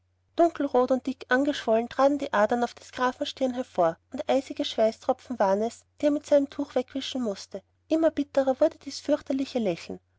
dunkelrot und dick angeschwollen traten die adern auf des grafen stirn hervor und eisige schweißtropfen waren es die er mit seinem tuche wegwischen mußte immer bittrer wurde dies fürchterliche lächeln